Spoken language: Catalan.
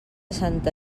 santa